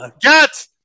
get